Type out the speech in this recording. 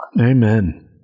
amen